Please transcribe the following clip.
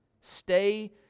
stay